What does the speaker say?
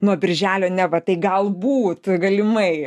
nuo birželio neva tai galbūt galimai